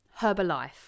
Herbalife